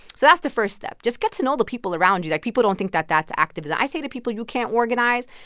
so that's the first step. just get to know the people around you. like, people don't think that that's activism. i say to people, you can't organize?